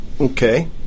Okay